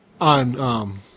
on